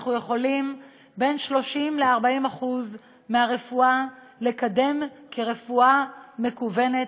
בין 30% ל-40% מהרפואה אנחנו יכולים לקדם כרפואה מקוונת,